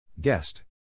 Guest